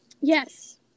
Yes